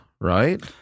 right